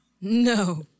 No